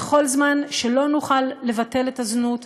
וכל זמן שלא נוכל לבטל את הזנות,